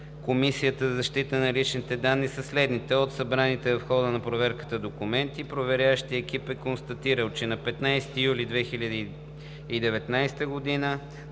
Комисия за защита на личните данни са следните: от събраните в хода на проверката документи, проверяващият екип е констатирал, че на 15 юли 2019 г.